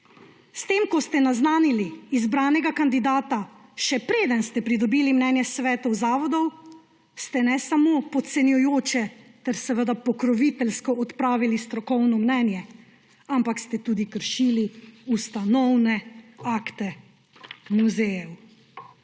S tem ko ste naznanili izbranega kandidata, še preden ste pridobili mnenje svetov zavodov, ste ne samo podcenjujoče ter pokroviteljsko odpravili strokovno mnenje, ampak ste tudi kršili ustanovne akte muzejev.